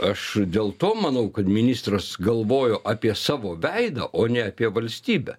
aš dėl to manau kad ministras galvojo apie savo veidą o ne apie valstybę